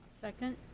Second